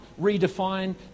redefine